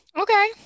okay